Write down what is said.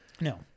No